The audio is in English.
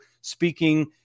speaking